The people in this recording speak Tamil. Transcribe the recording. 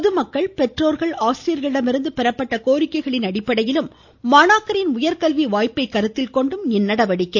பொதுமக்கள் பெற்றோர்கள் ஆசிரியர்களிடமிருந்து பெறப்பட்ட கோரிக்கைகளின் அடிப்படையிலும் மாணாக்கரின் உயர்கல்வி வாய்ப்பை கருத்தில் கொண்டும் இந்நடவடிக்கை